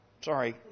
Sorry